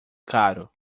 caro